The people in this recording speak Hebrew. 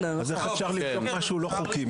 איך אפשר לבדוק משהו לא חוקי?